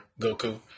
Goku